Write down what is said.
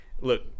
look